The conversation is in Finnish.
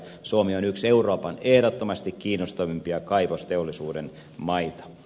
suomi on yksi euroopan ehdottomasti kiinnostavimpia kaivosteollisuuden maita